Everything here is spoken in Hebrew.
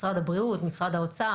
משרד הבריאות, משרד האוצר?